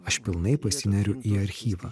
aš pilnai pasineriu į archyvą